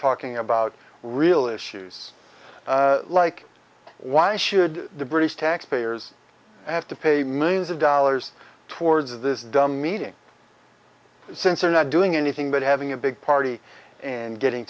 talking about real issues like why should the british taxpayers have to pay millions of dollars towards this dumb meeting since they're not doing anything but having a big party and getting